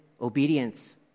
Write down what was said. obedience